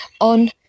on